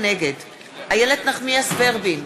נגד איילת נחמיאס ורבין,